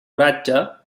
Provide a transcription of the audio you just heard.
oratge